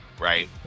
right